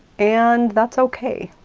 and that's okay.